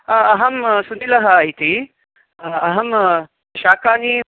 अहं सुनिलः इति अहं शाकानि